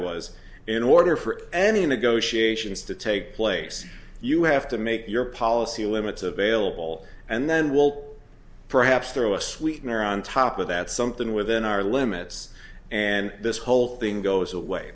was in order for any negotiations to take place you have to make your policy limits available and then will perhaps throw a sweetener on top of that something within our limits and this whole thing goes away